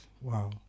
Wow